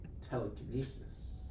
Telekinesis